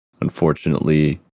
Unfortunately